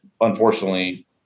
unfortunately